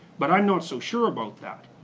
but i'm not so sure about that.